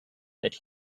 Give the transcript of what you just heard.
that